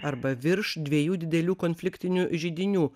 arba virš dviejų didelių konfliktinių židinių